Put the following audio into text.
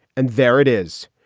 and there it is,